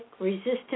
resistant